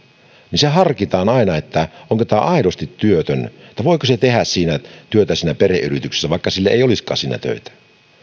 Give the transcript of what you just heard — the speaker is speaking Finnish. niin se harkitaan aina että onko tämä aidosti työtön voiko hän tehdä työtä siinä perheyrityksessä vaikka hänelle ei olisikaan siinä töitä